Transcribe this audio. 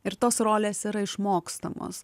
ir tos rolės yra išmokstamos